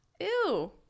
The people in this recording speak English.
Ew